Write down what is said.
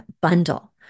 bundle